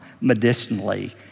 medicinally